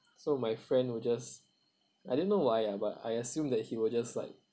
so my friend will just I didn't know why ah but I assume that he will just like